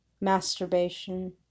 masturbation